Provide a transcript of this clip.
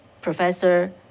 Professor